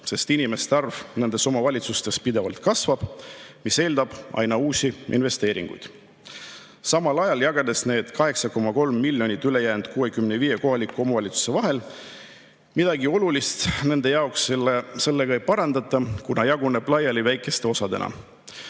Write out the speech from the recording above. sest inimeste arv nendes omavalitsustes pidevalt kasvab, mis eeldab aina uusi investeeringuid. Samal ajal, jagades need 8,3 miljonit ülejäänud 65 kohaliku omavalitsuse vahel, midagi olulist nende jaoks sellega ei parandata, kuna raha jaguneb laiali väikeste osadena.